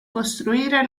costruire